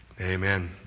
Amen